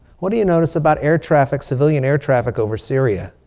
what do you notice about air traffic? civilian air traffic over syria?